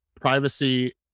privacy